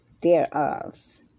thereof